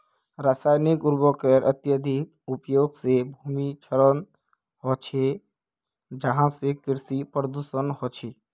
रासायनिक उर्वरकेर अत्यधिक उपयोग से भूमिर क्षरण ह छे जहासे कृषि प्रदूषण ह छे